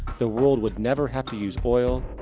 the world would never have to use oil,